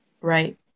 Right